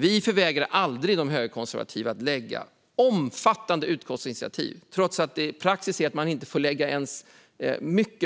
Vi förvägrar aldrig de högerkonservativa att lägga fram omfattande utskottsinitiativ, trots att praxis är att man inte ens får lägga